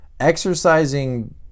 Exercising